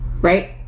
Right